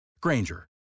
Granger